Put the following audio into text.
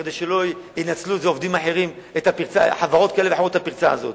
כדי שחברות כאלה ואחרות לא ינצלו את הפרצה הזאת,